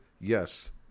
yes